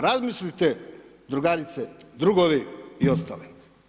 Razmislite, Drugarice, drugovi i ostali.